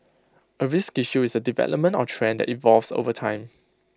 A risk issue is A development or trend that evolves over time